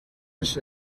els